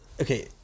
okay